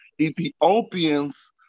Ethiopians